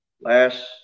Last